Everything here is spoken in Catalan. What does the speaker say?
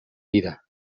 vida